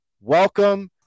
welcome